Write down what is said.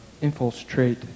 infiltrate